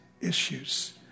issues